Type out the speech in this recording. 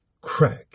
Crack